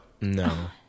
No